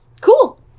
Cool